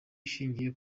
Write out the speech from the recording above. ishingiye